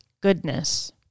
goodness